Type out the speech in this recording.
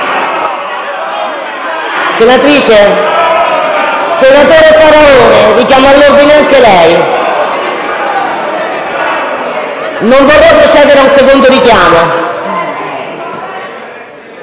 Senatrice! Senatore Faraone, richiamo all'ordine anche lei. Non vorrei procedere a un secondo richiamo!